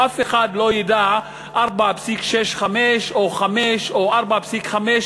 אף אחד לא ידע 4.65 או 5 או 4.65,